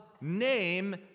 name